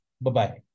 Bye-bye